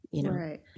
right